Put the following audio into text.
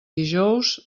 dijous